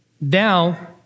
now